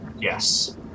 Yes